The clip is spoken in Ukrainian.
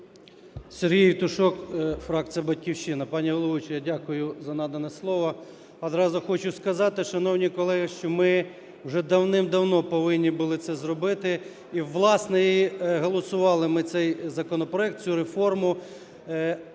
Сергій Євтушок, фракція "Батьківщина". Пані головуюча, я дякую за надане слово. Одразу хочу сказати, шановні колеги, що ми вже давним-давно повинні були це зробити, і, власне, і голосували ми цей законопроект, цю реформу,